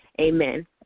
amen